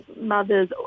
mothers